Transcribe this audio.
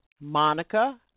Monica